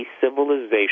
civilization